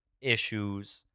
issues